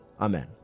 Amen